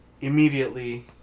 Immediately